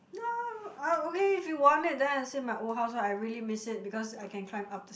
no oh okay if you want it then I say my old house right I really miss it because I can climb up the